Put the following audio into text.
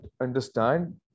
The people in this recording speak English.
understand